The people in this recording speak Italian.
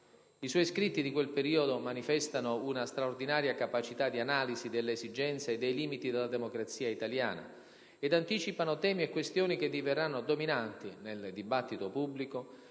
I suoi scritti di quel periodo manifestano una straordinaria capacità di analisi delle esigenze e dei limiti della democrazia italiana, ed anticipano temi e questioni che diverranno dominanti, nel dibattito pubblico,